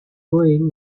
going